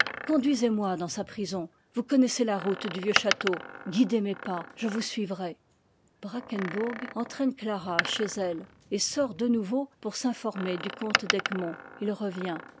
sez moi dans sa prison vous connaissez ta route t du vieux château guidez mes pas je vous sui vrai brackenbourg entraxe clara chez elle et sort de nouveau pour s'informer du comte d'egmont il revient